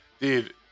dude